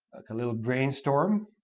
a little brain storm.